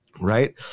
Right